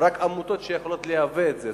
ורק עמותות שיכולות לייבא את זה,